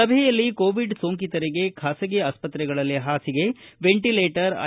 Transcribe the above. ಸಭೆಯಲ್ಲಿ ಕೋವಿಡ್ ಸೋಂಕಿತರಿಗೆ ಖಾಸಗಿ ಆಸ್ತ್ರಗಳಲ್ಲಿ ಪಾಸಿಗೆ ವೆಂಟಿಲೇಟರ್ ಐ